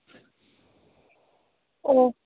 ꯑꯣ